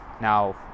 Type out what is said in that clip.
Now